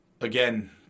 Again